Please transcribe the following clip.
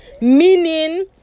meaning